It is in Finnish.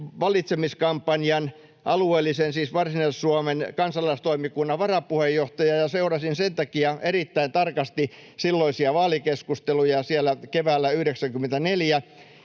valitsemiskampanjan Varsinais-Suomen kansalaistoimikunnan varapuheenjohtaja ja seurasin sen takia erittäin tarkasti silloisia vaalikeskusteluja siellä keväällä 94,